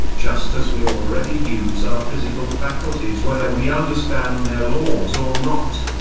just as we already use our physical faculties whether we understand their laws or not.